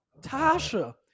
Tasha